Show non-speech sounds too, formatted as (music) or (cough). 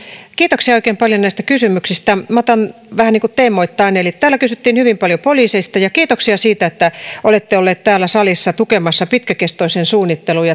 kiitoksia oikein paljon näistä kysymyksistä minä otan vähän niin kuin teemoittain täällä kysyttiin hyvin paljon poliiseista kiitoksia siitä että olette olleet täällä salissa tukemassa pitkäkestoisen suunnittelun (unintelligible)